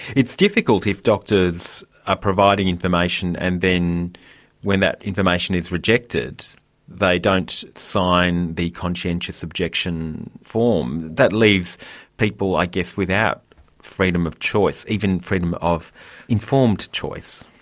it's difficult if doctors are ah providing information and then when that information is rejected they don't sign the conscientious objection form. that leaves people i guess without freedom of choice, even freedom of informed choice.